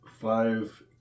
five